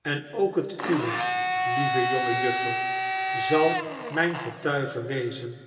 en ook het uwe lieve jonge juffer zal mijn getuige wezen